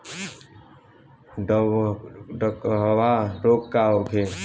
डकहा रोग का होखे?